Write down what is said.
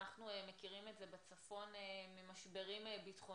אנחנו מכירים את זה בצפון ממשברים ביטחוניים,